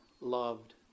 loved